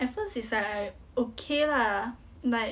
at first it's like I okay lah like